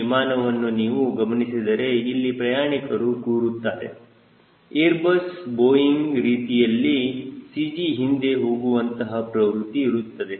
ಈ ವಿಮಾನವನ್ನು ನೀವು ಗಮನಿಸಿದರೆ ಇಲ್ಲಿ ಪ್ರಯಾಣಿಕರು ಕೂರುತ್ತಾರೆ ಏರ್ ಬಸ್ ಬೋಯಿಂಗ್ ರೀತಿಯಲ್ಲಿ CG ಹಿಂದೆ ಹೋಗುವಂತಹ ಪ್ರವೃತಿ ಇಲ್ಲಿರುತ್ತದೆ